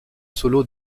solo